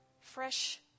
fresh